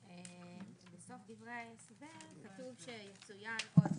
אומר --- בסוף דברי ההסבר כתוב: יצוין עוד